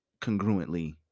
congruently